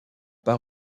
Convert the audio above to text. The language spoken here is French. pas